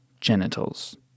genitals